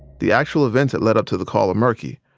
the actual events that led up to the call are murky.